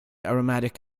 aromatic